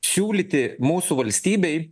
siūlyti mūsų valstybei